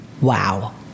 wow